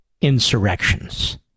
insurrections